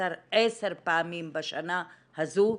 10 פעמים בשנה הזו,